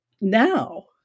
now